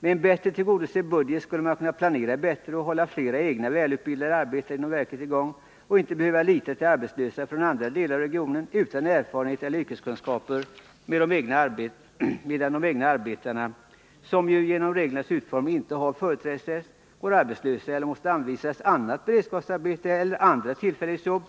Med en bättre tillgodosedd budget skulle man kunna planera bättre och hålla fler egna välutbildade arbetare inom verket i gång och inte behöva lita till arbetslösa från andra delar av regionen utan erfarenhet eller yrkeskunskaper, medan de egna arbetarna — som ju genom reglernas utformning inte har företrädesrätt — går arbetslösa eller måste anvisas annat beredskapsarbete eller andra tillfällighetsjobb